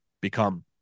become